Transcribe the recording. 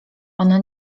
ona